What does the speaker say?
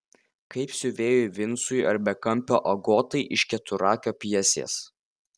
kaip siuvėjui vincui ar bekampio agotai iš keturakio pjesės